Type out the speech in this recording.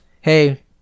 hey